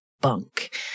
bunk